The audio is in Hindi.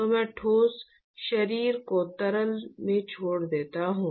तो मैं ठोस शरीर को तरल में छोड़ देता हूं